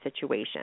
situation